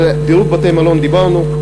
על דירוג בתי-מלון דיברנו.